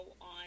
on